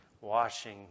washing